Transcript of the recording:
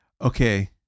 Okay